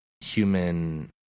human